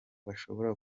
bashobora